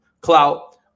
clout